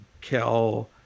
kill